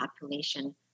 population